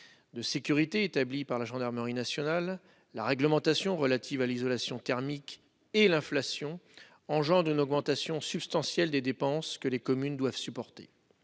de sécurité établis par la gendarmerie nationale, la réglementation relative à l'isolation thermique et l'inflation engendrent une augmentation substantielle des dépenses que les communes doivent supporter.